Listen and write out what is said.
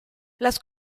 las